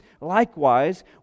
Likewise